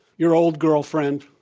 your old girlfriend,